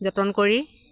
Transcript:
যতন কৰি